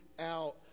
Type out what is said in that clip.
out